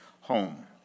home